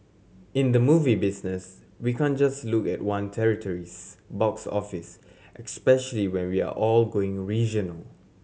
in the movie business we can't just look at one territory's box office especially when we are all going regional